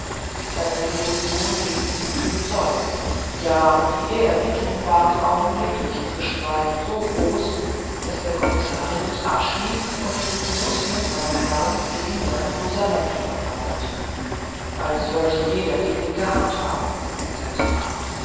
seine devotion gegen ihm zu bezeugen ja die ehrerbietung ward augenblicklich zwischen beiden so groß daß der commissarius abstieg und zu fuß mit meinem herrn gegen seinem losament fortwanderte da wollte jeder die linke hand